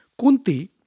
Kunti